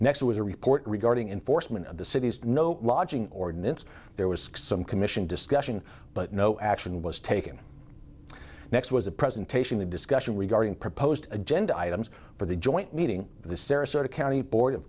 next it was a report regarding enforcement of the city's no lodging ordinance there was some commission discussion but no action was taken next was a presentation a discussion regarding proposed agenda items for the joint meeting of the sarasota county bo